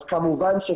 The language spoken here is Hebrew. כמובן,